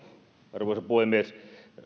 arvoisa puhemies